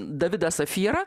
davidą safyrą